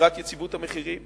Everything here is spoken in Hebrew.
לשמירת יציבות המחירים,